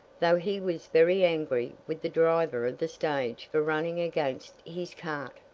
though he was very angry with the driver of the stage for running against his cart.